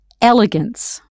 elegance